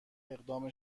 اقدام